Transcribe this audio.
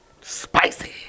Spicy